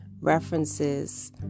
references